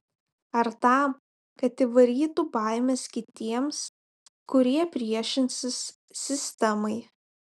ar tam kad įvarytų baimės kitiems kurie priešinsis sistemai